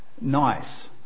Nice